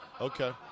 Okay